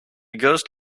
ghost